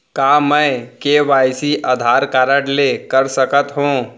का मैं KYC Aadhaar card से कर सकत हो?